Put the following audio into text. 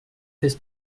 fest